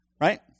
Right